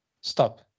Stop